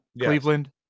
Cleveland